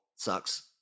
Sucks